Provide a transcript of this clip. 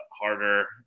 harder